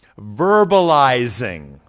Verbalizing